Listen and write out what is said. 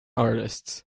artists